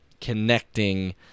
connecting